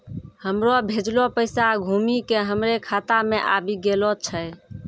हमरो भेजलो पैसा घुमि के हमरे खाता मे आबि गेलो छै